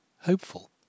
hopeful